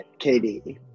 KD